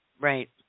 Right